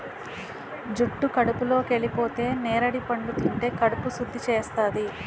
జుట్టు కడుపులోకెళిపోతే నేరడి పండు తింటే కడుపు సుద్ధి చేస్తాది